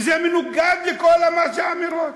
שזה מנוגד לכל האמירות.